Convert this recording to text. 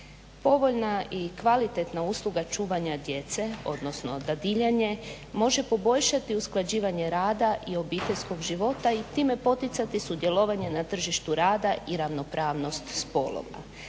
Povoljna i kvalitetna usluga čuvanja djece, odnosno dadiljanje može poboljšati usklađivanje rada i obiteljskog života i time poticati sudjelovanje na tržištu rada i ravnopravnost spolova,